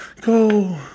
go